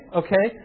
okay